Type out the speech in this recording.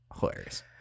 hilarious